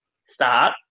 start